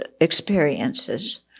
experiences